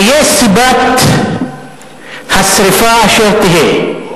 תהיה סיבת השרפה אשר תהיה,